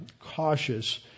cautious